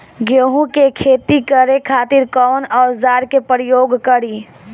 गेहूं के खेती करे खातिर कवन औजार के प्रयोग करी?